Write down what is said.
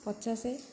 ପଚାଶ